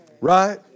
Right